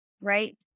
Right